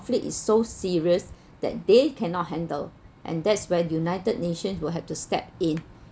conflict is so serious that they cannot handle and that's where the united nations will have to step in